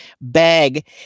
bag